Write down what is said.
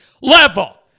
level